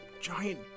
giant